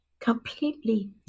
completely